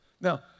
now